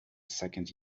second